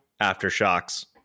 Aftershocks